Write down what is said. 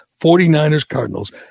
49ers-Cardinals